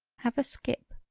have a skip,